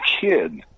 kid